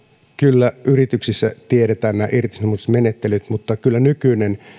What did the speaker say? kyllä yrityksissä tiedetään nämä irtisanomismenettelyt mutta kyllä nykyinen